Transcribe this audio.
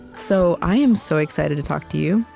so i am so excited to talk to you.